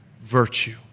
virtue